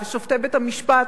ושופטי בית-המשפט,